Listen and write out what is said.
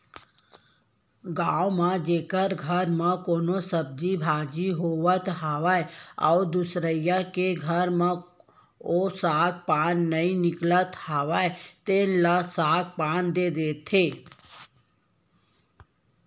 गाँव म जेखर घर म कोनो सब्जी भाजी होवत हावय अउ दुसरइया के घर म ओ साग पान नइ निकलत हावय तेन ल साग पान दे देथे